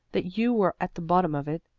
that you were at the bottom of it.